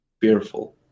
fearful